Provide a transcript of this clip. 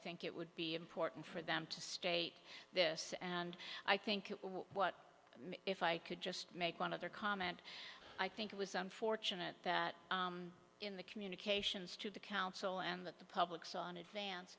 think it would be important for them to state this and i think what if i could just make one other comment i think it was unfortunate that in the communications to the council and that the public's on